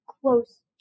close